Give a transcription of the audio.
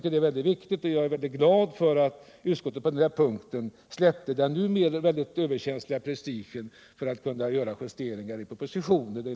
Det här är väldigt viktigt, och jag är glad över att utskottet på denna punkt har släppt av på prestigen för att kunna göra justeringar i propositionen.